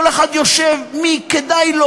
כל אחד יושב: מי כדאי לו